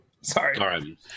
Sorry